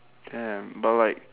can but like